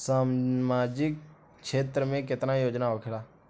सामाजिक क्षेत्र में केतना योजना होखेला?